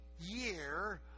year